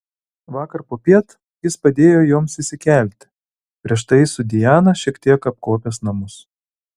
vakar popiet jis padėjo joms įsikelti prieš tai su diana šiek tiek apkuopęs namus